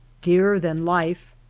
dearer than life.